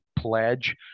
Pledge